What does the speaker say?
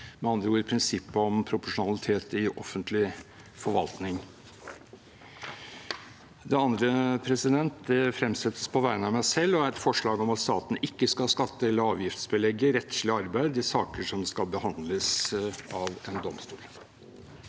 med andre ord: prinsippet om proporsjonalitet i offentlig forvaltning. Det andre fremsettes på vegne av meg selv og er et forslag om at staten ikke skal kunne skatte- og avgiftsbelegge rettslig arbeid i saker som skal behandles av en domstol.